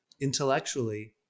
intellectually